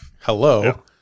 Hello